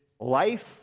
Life